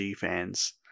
fans